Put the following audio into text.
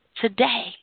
today